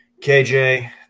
KJ